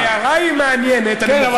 לא, לא, ההערה היא מעניינת, אני מוכרח להגיד.